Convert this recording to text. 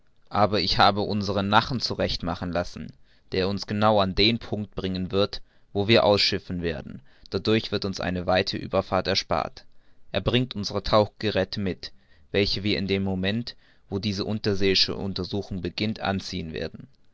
aber ich habe unseren nachen zurecht machen lassen der uns genau an den punkt bringen wird wo wir ausschiffen werden dadurch wird uns eine weite ueberfahrt erspart er bringt unsere tauchapparate mit welche wir in dem moment wo diese unterseeische untersuchung beginnt anziehen werden